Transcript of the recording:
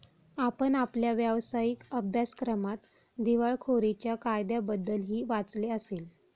आपण आपल्या व्यावसायिक अभ्यासक्रमात दिवाळखोरीच्या कायद्याबद्दलही वाचले असेल